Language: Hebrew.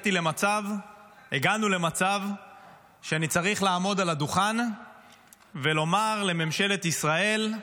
הגענו למצב שאני צריך לעמוד על הדוכן ולומר לממשלת ישראל: